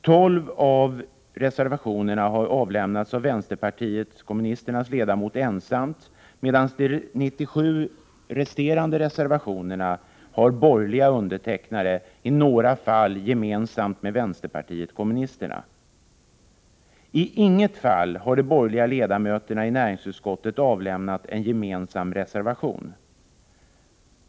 Tolv av reservationerna har avlämnats av vänsterpartiet kommunisternas ledamot ensam, medan de 97 resterande reservationerna har borgerliga underteckna re, i några fall är de undertecknade även av vänsterpartiet kommunisterna. I inget fall har de borgerliga ledamöterna i näringsutskottet avlämnat en gemensam reservation.